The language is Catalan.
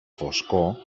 foscor